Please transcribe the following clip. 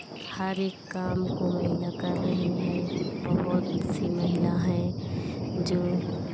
हर एक काम को महिला कर रही हैं बहुत सी महिला हैं जो